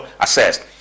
assessed